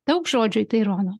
daug žodžių į tai rodo